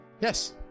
Yes